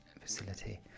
facility